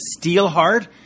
Steelheart